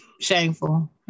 Shameful